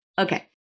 Okay